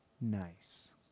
Nice